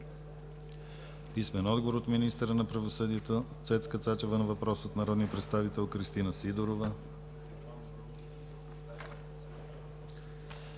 Цветан Топчиев. - министъра на правосъдието Цецка Цачева на въпрос от народния представител Кристина Сидерова;